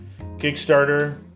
Kickstarter